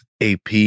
AP